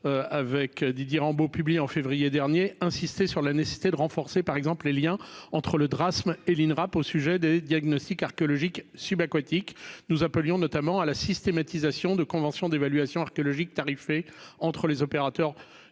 avec Didier Rambaud publié en février dernier, insisté sur la nécessité de renforcer, par exemple, les Liens entre le Drassm et l'Inrap au sujet des diagnostics archéologiques subaquatiques nous appelions notamment à la systématisation de conventions d'évaluation archéologique tarifée entre les opérateurs